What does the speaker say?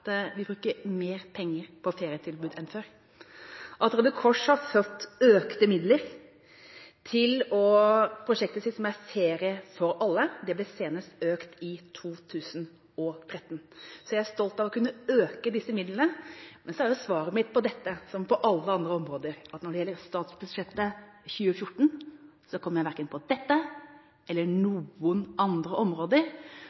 er at vi bruker mer penger på ferietilbud enn før, og at Røde Kors har fått økte midler til sitt prosjekt Ferie for alle. De ble senest økt i 2013. Jeg er stolt av å kunne øke disse midlene. Men svaret mitt – på dette området som på alle andre områder – er at når det gjelder statsbudsjettet for 2014, kommer jeg